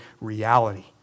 reality